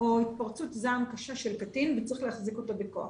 או התפרצות זעם קשה של קטין וצריך להחזיק אותו בכוח.